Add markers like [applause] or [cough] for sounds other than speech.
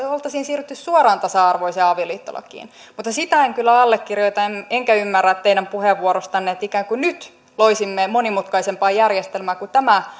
[unintelligible] oltaisiin siirrytty suoraan tasa arvoiseen avioliittolakiin mutta sitä en kyllä allekirjoita enkä ymmärrä teidän puheenvuorostanne että ikään kuin nyt loisimme monimutkaisempaa järjestelmää kun tämä [unintelligible]